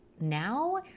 now